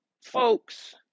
folks